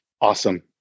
Awesome